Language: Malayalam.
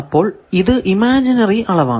അപ്പോൾ ഇത് ഇമാജിനറി അളവാണ്